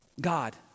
God